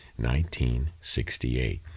1968